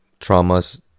traumas